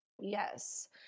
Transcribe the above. Yes